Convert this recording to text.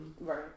Right